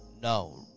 No